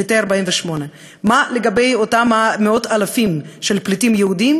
פליטי 1948. מה לגבי אותם מאות-אלפי פליטים יהודים?